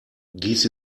dies